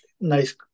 nice